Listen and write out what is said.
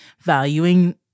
valuing